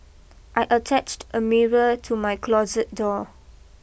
I attached a mirror to my closet door